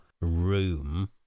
room